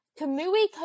Kamui